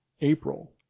April